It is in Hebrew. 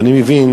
ואני מבין,